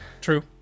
True